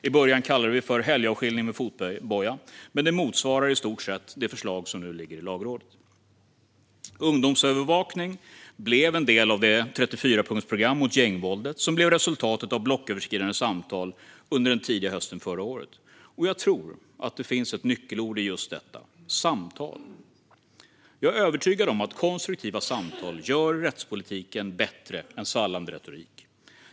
I början kallade vi det för helgavskiljning med fotboja, men det motsvarar i stort sett det förslag som nu ligger hos Lagrådet. Ungdomsövervakning blev en del av det 34-punktsprogram mot gängvåldet som blev resultatet av blocköverskridande samtal under den tidiga hösten förra året. Och jag tror att det finns ett nyckelord i just detta: samtal. Jag är övertygad om att konstruktiva samtal gör rättspolitiken bättre än svallande retorik.